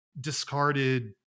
discarded